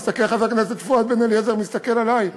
חבר הכנסת פואד בן-אליעזר מסתכל עלי.